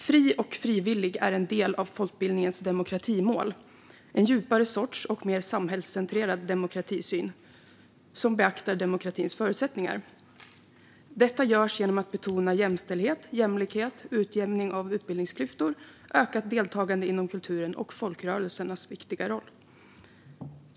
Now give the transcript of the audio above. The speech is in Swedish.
Fri och frivillig är en del av folkbildningens demokratimål, en djupare sorts och mer samhällscentrerad demokratisyn som beaktar demokratins förutsättningar. Detta görs genom att betona jämställdhet, jämlikhet, utjämning av utbildningsklyftor, ökat deltagande inom kulturen och folkrörelsernas viktiga roll.